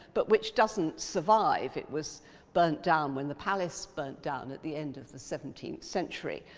but which doesn't survive, it was burnt down when the palace burnt down at the end of the seventeenth century.